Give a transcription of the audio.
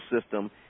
system